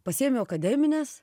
pasiėmiau akademines